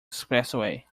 expressway